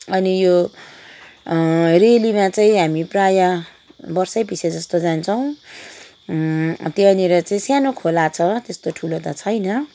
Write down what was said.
अनि यो रेलीमा चाहिँ हामी प्रायः वर्षैपछि जस्तो जान्छौँ त्यहाँनिर चाहिँ सानो खोला छ त्यस्तो ठुलो त छैन